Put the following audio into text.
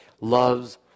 Loves